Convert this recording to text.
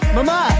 Mama